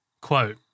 Quote